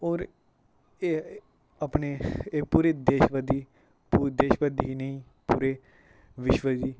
होर एह् अपने पूरे देशभर दी पूरे देशभर दी नेईं विश्व दी